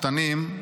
הקטנים,